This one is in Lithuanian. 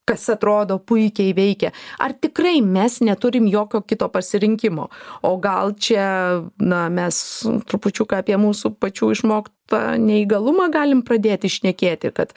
kas atrodo puikiai veikia ar tikrai mes neturim jokio kito pasirinkimo o gal čia na mes trupučiuką apie mūsų pačių išmoktą neįgalumą galim pradėti šnekėti kad